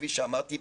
כפי שאמרתי,